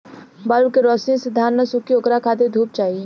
bulb के रौशनी से धान न सुखी ओकरा खातिर धूप चाही